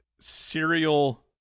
serial